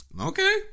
Okay